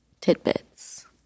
tidbits